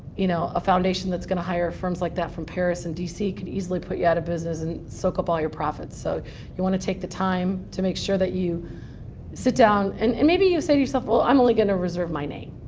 you know a foundation that's going to hire firms like that from paris and dc could easily put you out of business and soak up all your profits. so you want to take the time to make sure that you sit down and and maybe you say to yourself, well, i'm only going to reserve my name.